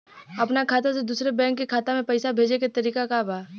अपना खाता से दूसरा बैंक के खाता में पैसा भेजे के तरीका का बा?